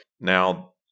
Now